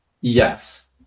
Yes